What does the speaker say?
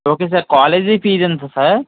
okay sir college fees ఎంత sir